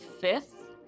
Fifth